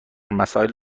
مسائل